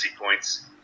points